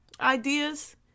ideas